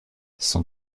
son